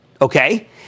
okay